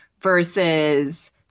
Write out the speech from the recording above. versus